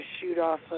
shoot-off